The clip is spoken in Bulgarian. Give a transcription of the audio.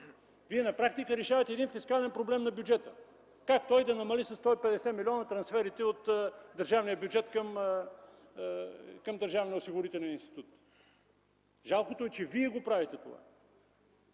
Вие на практика решавате фискален проблем на бюджета – как той да намали със 150 милиона трансферите от държавния бюджет към държавния осигурителен институт. Жалкото е, че Вие правите това.